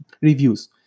Reviews